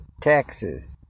Texas